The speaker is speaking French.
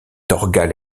thorgal